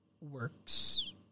works